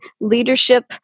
leadership